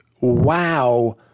wow